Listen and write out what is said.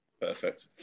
Perfect